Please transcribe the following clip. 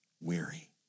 weary